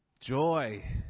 Joy